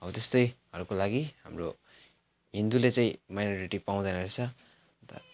हो त्यस्ताहरूको लागि हाम्रो हिन्दूले चाहिँ माइनोरिटी पाउँदैन रहेछ अन्त